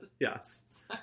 Yes